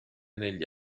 negli